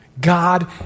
God